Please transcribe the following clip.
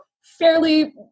fairly